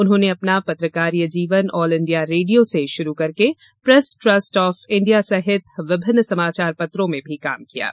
उन्होंने अपना पत्रकारीय जीवन ऑल इंडिया रेडियो से शुरू करके प्रेस ट्रस्ट ऑफ इंडिया सहित विभिन्न समाचार समाचार पत्रों में कार्य किया है